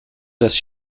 dass